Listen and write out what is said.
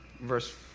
verse